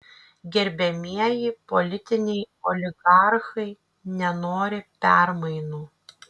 gerbiamieji politiniai oligarchai nenori permainų